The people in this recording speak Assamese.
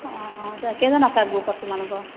অঁ অঁ কেইজন আছা গ্ৰুপত তোমালোকৰ